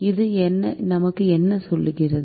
இது நமக்கு என்ன சொல்கிறது